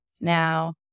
Now